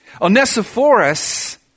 Onesiphorus